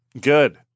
Good